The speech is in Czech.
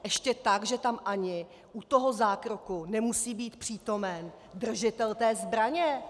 Ještě tak, že tam ani u toho zákroku nemusí být přítomen držitel té zbraně!